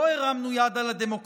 לא הרמנו יד על הדמוקרטיה,